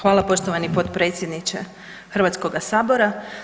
Hvala poštovani potpredsjedniče Hrvatskoga sabora.